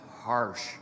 harsh